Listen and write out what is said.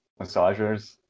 massagers